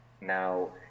Now